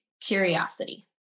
curiosity